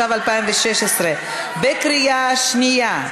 התשע"ו 2016. בקריאה שנייה.